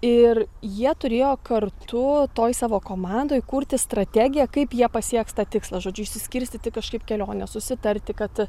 ir jie turėjo kartų toj savo komandoj kurti strategiją kaip jie pasieks tą tikslą žodžiu išsiskirstyti kažkaip kelionę susitarti kad